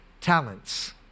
talents